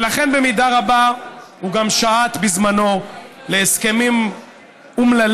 ולכן במידה רבה הוא גם שעט בזמנו להסכמים אומללים,